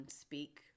speak